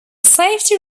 safety